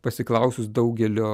pasiklausus daugelio